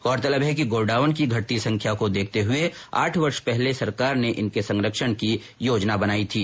गौरतलब है कि गोडावण की घटती संख्या को देखते हुए आठ वर्ष पहले सरकार ने इनके संरक्षण की योजना बनाई थी